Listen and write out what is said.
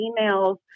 emails